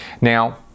Now